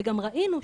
וגם ראינו,